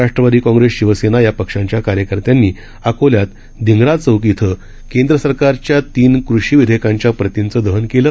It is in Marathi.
राष्ट्रवादीकाँग्रेस शिवसेनायापक्षांच्याकार्यकर्त्यांनीअकोल्यातधिंग्राचौकइथं केंद्रसरकारच्यातीनकृषीविधेयकांच्याप्रतींचंदहनकेलं